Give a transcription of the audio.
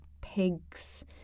pigs